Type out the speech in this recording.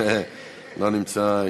לא נמצא,